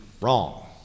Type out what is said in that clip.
wrong